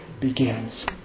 begins